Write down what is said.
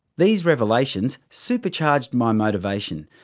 these revelations supercharged my motivation,